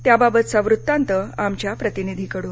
त्याबाबतचा वृत्तांत आमच्या प्रतिनिधीकडून